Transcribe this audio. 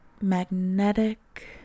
magnetic